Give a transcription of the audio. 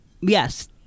yes